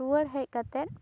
ᱨᱩᱭᱟᱹᱲ ᱦᱮᱡ ᱠᱟᱛᱮᱫ